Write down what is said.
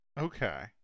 okay